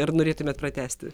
ar norėtumėt pratęsti